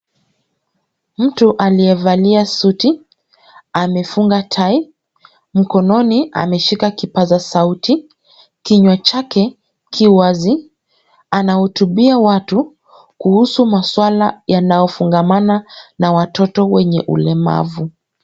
Mtu aliyevalia suti, amefunga tai, mkononi ameshika kipaza sauti, kinywa chake ki wazi, anahotubia watu kuhusu maswala yanayofungamana na watoto wenye ulemavu.